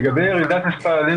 לגבי הירידה במספר,